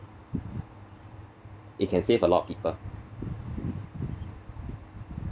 it can save a lot of people